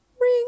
Ring